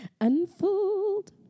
unfold